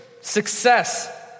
success